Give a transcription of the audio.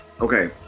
Okay